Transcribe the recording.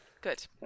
Good